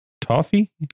Toffee